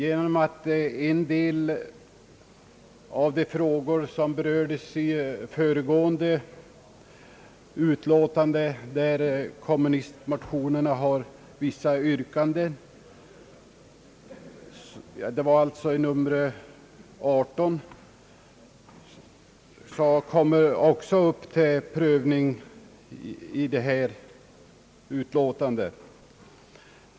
En del av de frågor som berördes i bankoutskottets utlåtande nr 18, där kommunistmotionerna har vissa yrkanden, kommer också upp till prövning i detta utlåtande.